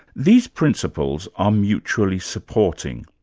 these principles are mutually supporting.